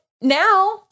now